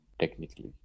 technically